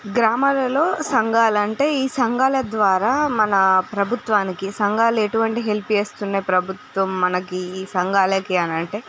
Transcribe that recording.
గ్రామాలల్లో సంఘాలు అంటే ఈ సంఘల ద్వారా మన ప్రభుత్వానికి సాంఘాలు ఎటువంటి హెల్ప్ చేస్తున్నాయి ప్రభుత్వం మనకీ ఈ సంఘాలకి ఆంటే ఉచ్